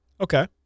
okay